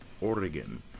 oregon